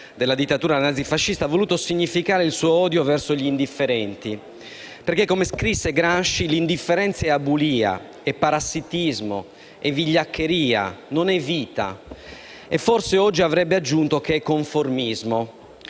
della dittatura nazifascista, ha voluto significare il suo odio verso gli indifferenti, perché, come scrisse Gramsci, «l'indifferenza è abulia, è parassitismo, è vigliaccheria, non è vita». E forse oggi avrebbe aggiunto che è conformismo.